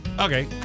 Okay